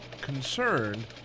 concerned